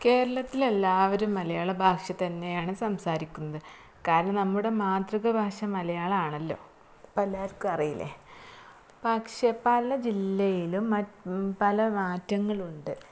കേരളത്തിലെല്ലാവരും മലയാള ഭാഷ തന്നെയാണ് സംസാരിക്കുന്നത് കാരണം നമ്മുടെ മാതൃ ഭാഷ മലയാളമാണല്ലോ അപ്പം എല്ലാവർക്കും അറിയില്ലേ പക്ഷെ പല ജില്ലയിലും മ പല മാറ്റങ്ങളുണ്ട്